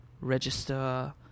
Register